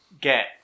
get